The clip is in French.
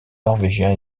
norvégiens